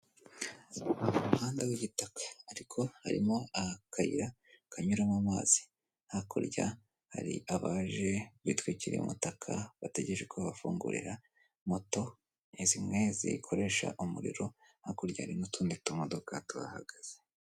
Umuhanda w'igitaka ariko harimo akayira kanyuramo amazi hakurya hari abaje bitwikiriye umutaka bategereje ko bafungurira, moto ni zimwe zikoresha umuriro hakurya hari n'utundi tumodoka tuhahagaze.